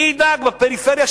מי ידאג שיבנו בפריפריה?